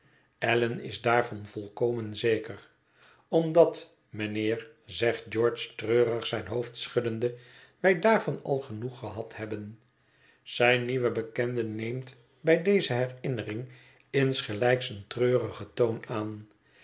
allan is daarvan volkomen zeker omdat mijnheer zegt george treurig zijn hoofd schuddende wij daarvan al genoeg gehad hebben zijn nieuwe bekende neemt bij deze herinnering insgelijks een treurigen toon aan